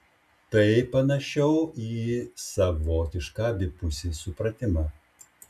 tai panašiau į savotišką abipusį supratimą